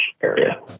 area